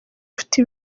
ufite